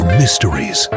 mysteries